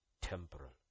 temporal